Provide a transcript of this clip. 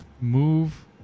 move